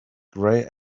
grey